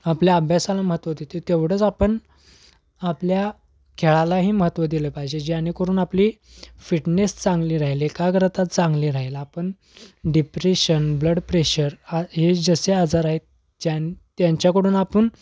आपल्या अभ्यासाला महत्त्व देतो तेवढंच आपण आपल्या खेळालाही महत्त्व दिलं पाहिजे जेणेकरून आपली फिटनेस चांगली राहील एकाग्रता चांगली राहील आपण डिप्रेशन ब्लड प्रेशर आ हे जसे आजार आहेत ज्यां त्यांच्याकडून आपण